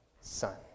son